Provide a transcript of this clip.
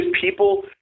people